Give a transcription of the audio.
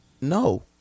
No